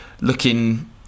looking